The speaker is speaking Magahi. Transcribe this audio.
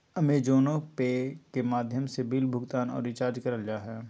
अमेज़ोने पे के माध्यम से बिल भुगतान आर रिचार्ज करल जा हय